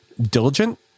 diligent